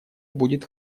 будет